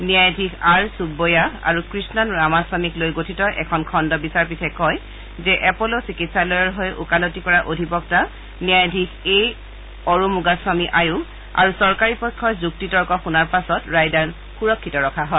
ন্যায়াধীশ আৰ সুবৈবয়াহ আৰু কৃষণ ৰামাস্বমীক লৈ গঠিত এখন খণু বিচাৰপীঠে কয় যে এপ'ল' চিকিৎসালয়ৰ হৈ ওকালতি কৰা অধিবক্তা ন্যায়াদীশ এ অৰুমুগাস্বামী আয়োগ আৰু চৰকাৰী পক্ষৰ যুক্তি তৰ্ক শুনাৰ পাছত ৰায়দান সুৰক্ষিত ৰখা হয়